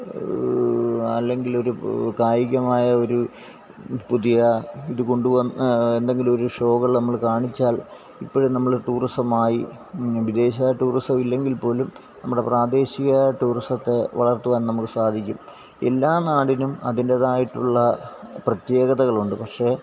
അല്ലെങ്കിലൊരു കായികമായ ഒരു പുതിയ ഇത് കൊണ്ടുവന്ന് എന്തെങ്കിലുമൊരു ഷോകള് നമ്മള് കാണിച്ചാല് ഇപ്പോഴും നമ്മള് ടൂറിസമായി വിദേശ ടൂറിസം ഇല്ലെങ്കില് പോലും നമ്മുടെ പ്രാദേശിക ടൂറിസത്തെ വളര്ത്തുവാന് നമുക്ക് സാധിക്കും എല്ലാ നാടിനും അതിന്റെതായിട്ടുള്ള പ്രത്യേകതകളുണ്ട് പക്ഷെ